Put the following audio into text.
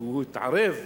הוא התערב,